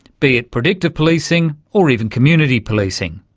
be it predictive policing or even community policing.